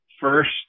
first